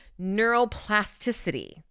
neuroplasticity